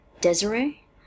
Desiree